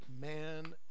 man